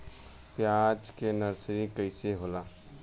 प्याज के नर्सरी कइसे होला?